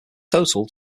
total